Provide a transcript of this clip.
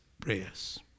prayers